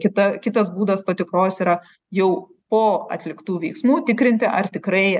kita kitas būdas patikros yra jau po atliktų veiksmų tikrinti ar tikrai